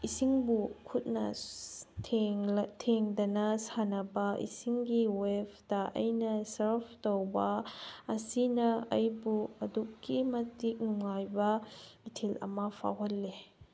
ꯏꯁꯤꯡꯕꯨ ꯈꯨꯠꯅ ꯊꯦꯡꯗꯅ ꯁꯥꯟꯅꯕ ꯏꯁꯤꯡꯒꯤ ꯋꯦꯞꯇ ꯑꯩꯅ ꯁꯔꯐ ꯇꯧꯕ ꯑꯁꯤꯅ ꯑꯩꯕꯨ ꯑꯗꯨꯛꯀꯤ ꯃꯇꯤꯛ ꯅꯨꯡꯉꯥꯏꯕ ꯏꯊꯤꯜ ꯑꯃ ꯐꯥꯎꯍꯜꯂꯤ